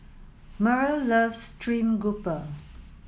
Myrle loves stream grouper